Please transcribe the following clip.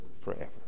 forever